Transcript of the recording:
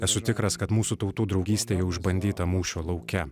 esu tikras kad mūsų tautų draugystė jau išbandyta mūšio lauke